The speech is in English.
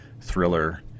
thriller